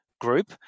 group